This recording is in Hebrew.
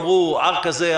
אמרו R כזה,